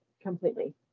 completely